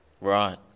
Right